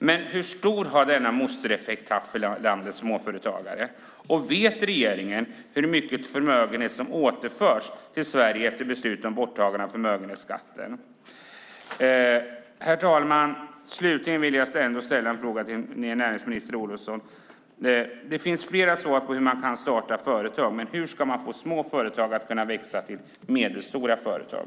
Men hur stor har denna mostereffekt varit för landets småföretagare, och vet regeringen hur mycket förmögenhet som återförs till Sverige efter beslut om borttagande av förmögenhetsskatten? Herr talman! Slutligen vill jag ställa en fråga till näringsminister Olofsson. Det finns flera svar på hur man kan starta företag. Men hur ska man kunna få små företag att växa till medelstora företag?